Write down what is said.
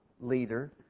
leader